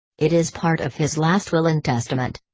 it is part of his last will and testament.